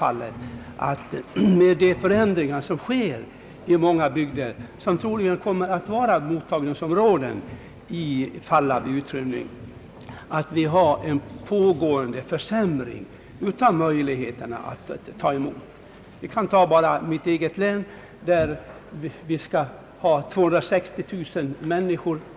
För mig har det framstått som oroväckande att många bygder, som troligen kommer att vara mottagningsområden i händelse av utrymning, på grund av förändrade förhål 1anden har fått väsentligt försämrade möjligheter att ta emot och inkvartera människor på ett tillfredsställande sätt. Jag kan ta som exempel mitt eget län, där vi enligt planerna skall ta emot 260 000 människor.